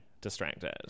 distracted